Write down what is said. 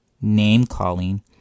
name-calling